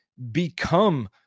become